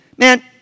Man